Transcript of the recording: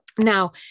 Now